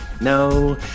No